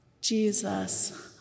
Jesus